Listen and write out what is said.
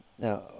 now